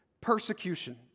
persecution